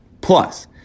Plus